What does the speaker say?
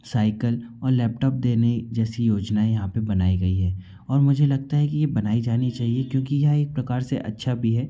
cycle और laptop देने जैसी योजनाएँ यहाँ पर बनाई गई है और मुझे लगता है कि ये बनाई जानी चाहिए क्योंकि यह एक प्रकार से अच्छा भी है